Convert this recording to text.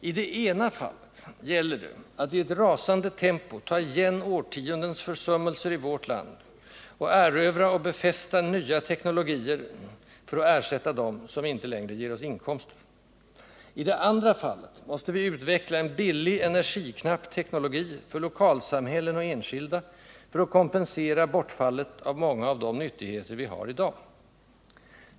I det ena fallet gäller det att i ett rasande tempo ta igen årtiondens försummelser i vårt land och erövra och befästa nya teknologier för att ersätta dem, som inte längre ger oss inkomster. I det andra fallet måste vi utveckla en billig, energiknapp teknologi för lokalsamhällen och enskilda för att kompensera bortfallet av många av de nyttigheter vi har i dag.